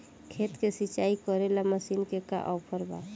खेत के सिंचाई करेला मशीन के का ऑफर बा?